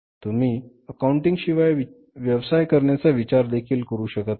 म्हणून तुम्ही अकाउंटिंग शिवाय व्यवसाय करण्याचा विचारदेखील करू शकत नाही